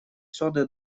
соды